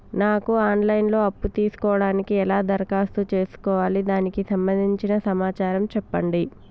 నాకు online లో అప్పు తీసుకోవడానికి ఎలా దరఖాస్తు చేసుకోవాలి దానికి సంబంధించిన సమాచారం చెప్పండి?